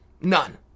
None